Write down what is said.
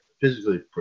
physically